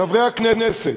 חברי הכנסת,